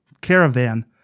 Caravan